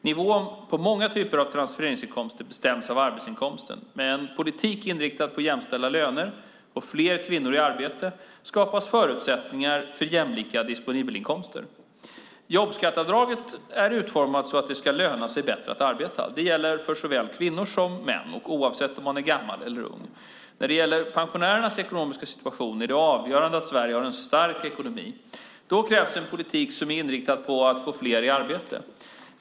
Nivån på många typer av transfereringsinkomster bestäms av arbetsinkomsten. Med en politik inriktad på jämställda löner och fler kvinnor i arbete skapas förutsättningar för jämlika disponibla inkomster. Jobbskatteavdraget är utformat så att det ska löna sig bättre att arbeta. Detta gäller för såväl kvinnor som män, och oavsett om man är gammal eller ung. När det gäller pensionärernas ekonomiska situation är det avgörande att Sverige har en stark ekonomi. Då krävs en politik som är inriktad på att få fler i arbete.